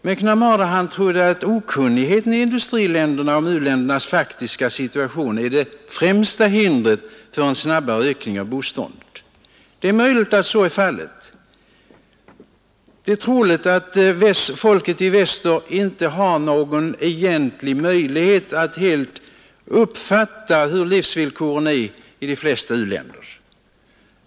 McNamara trodde att okunnigheten i industriländerna om u-ländernas faktiska situation är det främsta hindret för en snabbare ökning av biståndet. Det är möjligt att så är fallet. Det är troligt att folket i väster inte har någon egentlig möjlighet att helt uppfatta hur livsvillkoren är i de flesta u-länder.